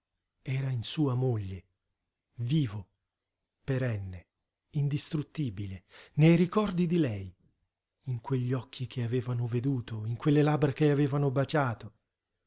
era in sua moglie vivo perenne indistruttibile nei ricordi di lei in quegli occhi che avevano veduto in quelle labbra che avevano baciato